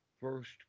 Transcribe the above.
first